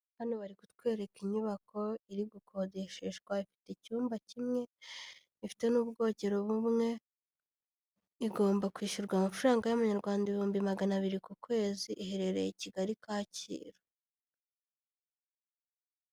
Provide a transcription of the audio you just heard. Hano bari kutwereka inyubako iri gukodesheshwa, ifite icyumba kimwe, ifite n'ubwogero bumwe, igomba kwishyurwa amafaranga y'amanyarwanda ibihumbi magana abiri ku kwezi, iherereye i Kigali Kacyiru.